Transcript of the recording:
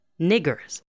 niggers